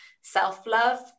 self-love